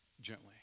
gently